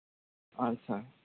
ᱟᱪᱪᱷᱟ